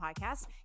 Podcast